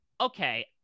okay